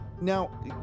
Now